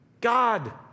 God